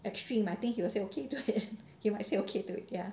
extreme I think he will say okay to it might say okay to it ya